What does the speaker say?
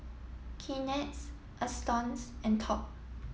Kleenex Astons and Top